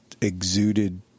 exuded